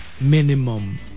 minimum